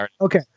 Okay